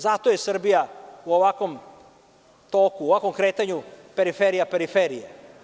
Zato je Srbija u ovakvom toku, u ovakvom kretanju periferija periferije.